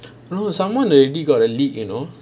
no someone already got a leak you know